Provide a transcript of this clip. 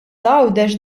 għawdex